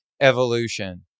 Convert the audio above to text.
evolution